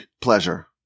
pleasure